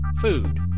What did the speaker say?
food